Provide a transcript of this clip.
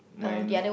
mine